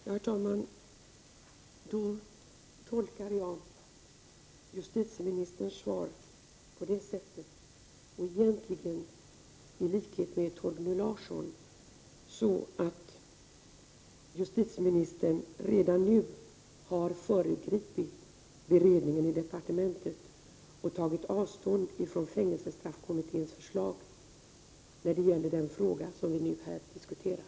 Herr talman! Till Ulla Tillander vill jag säga att jag tycker att jag har klargjort min inställning mycket tydligt genom att i mitt svar säga att jag anser det vara en självklarhet att man inte skall utforma regler som ger fog för kritik av det slag som bl.a. Ulla Tillander har tagit upp.